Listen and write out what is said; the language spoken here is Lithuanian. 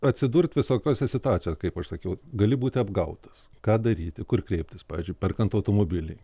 atsidurt visokiose situacijoj kaip aš sakiau gali būti apgautas ką daryti kur kreiptis pavyzdžiui perkant automobilį